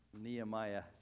Nehemiah